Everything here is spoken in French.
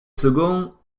seconds